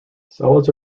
solids